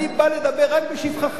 אני בא לדבר רק בשבחך.